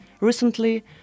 Recently